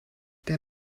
der